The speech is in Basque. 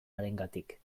harengatik